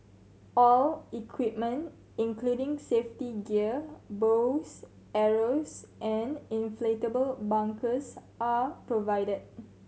all equipment including safety gear bows arrows and inflatable bunkers are provided